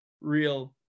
real